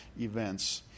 events